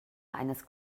eines